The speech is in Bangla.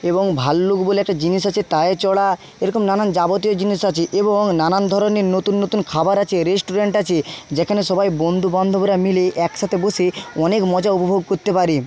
এবং ভল্লুক বলে একটা জিনিস আছে তায়ে চড়া এরকম নানান যাবতীয় জিনিস আছে এবং নানান ধরনের নতুন নতুন খাবার আছে রেস্টুরেন্ট আছে যেখানে সবাই বন্ধু বান্ধবরা মিলে একসাথে বসে অনেক মজা উপভোগ করতে পারে